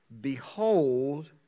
Behold